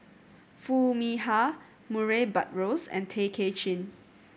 Foo Mee Har Murray Buttrose and Tay Kay Chin